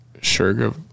sure